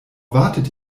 wartet